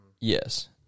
Yes